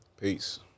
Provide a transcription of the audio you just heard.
peace